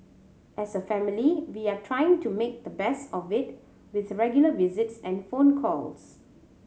as a family we are trying to make the best of it with regular visits and phone calls